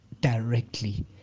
directly